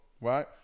right